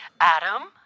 Adam